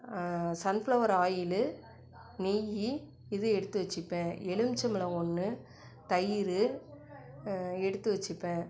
sunflower oil நெய் இது எடுத்து வச்சிப்பேன் எழும்பிச்சம் பழம் ஒன்று தயிர் எடுத்து வச்சிப்பேன்